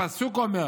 הפסוק אומר: